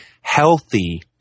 healthy